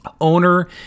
owner